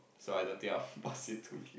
so I don't think I will pass it to you